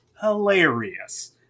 hilarious